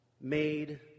made